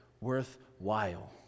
worthwhile